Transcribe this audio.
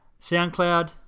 SoundCloud